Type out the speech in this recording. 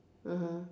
(uh huh)